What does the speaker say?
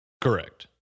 Correct